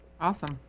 Awesome